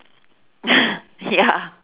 ya